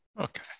Okay